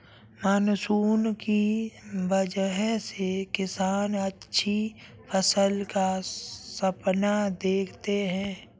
monsoon की वजह से किसान अच्छी फसल का सपना देखते हैं